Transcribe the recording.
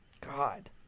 God